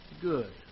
good